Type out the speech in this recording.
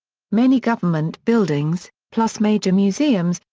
many government buildings, plus major museums,